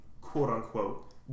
quote-unquote